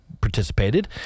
participated